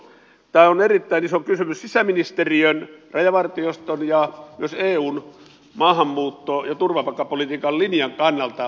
tämä on erittäin iso kysymys sisäministeriön rajavartioston ja myös eun maahanmuutto ja turvapaikkapolitiikan linjan kannalta